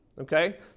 okay